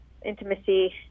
Intimacy